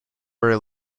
her